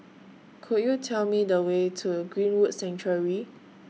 Could YOU Tell Me The Way to Greenwood Sanctuary